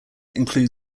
include